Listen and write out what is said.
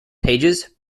pages